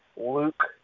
Luke